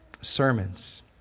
sermons